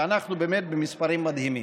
ואנחנו באמת במספרים מדהימים.